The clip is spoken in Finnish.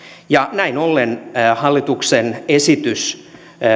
näin ollen hallituksen esitys